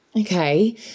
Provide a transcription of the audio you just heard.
Okay